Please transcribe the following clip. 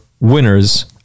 winners